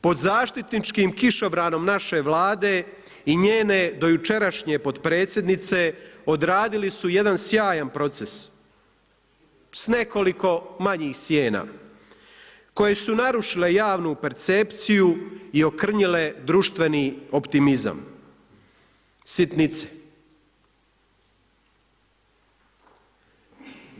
Pod zaštitničkim kišobranom naše Vlade i njene do jučerašnje potpredsjednice, odradili su jedan sjajan proces, s nekoliko manjih sjena koje su narušile javnu percepciju i okrnjile društveni optimizam, sitnice.